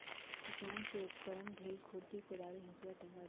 किसान के उपकरण भेल खुरपि कोदारी हसुआ टेंग़ारि